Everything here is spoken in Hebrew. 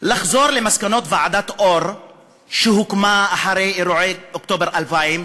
נחזור למסקנות ועדת אור שהוקמה אחרי אירועי אוקטובר 2000,